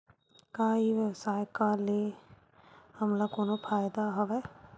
का ई व्यवसाय का ले हमला कोनो फ़ायदा हवय?